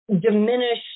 diminish